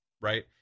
right